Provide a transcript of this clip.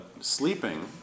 sleeping